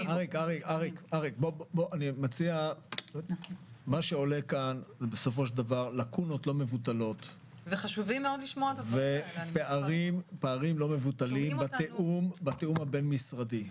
עולות פה לקונות לא מבוטלות ופערים לא מבוטלים בתיאום הבין משרדי.